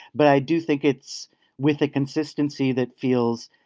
but i do think it's with the consistency that feels.